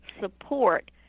support